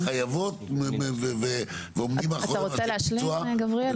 אתה רוצה להשלים, גבריאל?